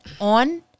on